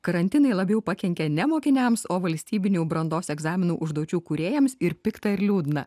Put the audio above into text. karantinai labiau pakenkė ne mokiniams o valstybinių brandos egzaminų užduočių kūrėjams ir pikta ir liūdna